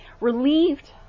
Relieved